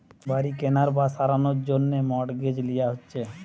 বাড়ি কেনার বা সারানোর জন্যে মর্টগেজ লিয়া হচ্ছে